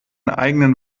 eigenen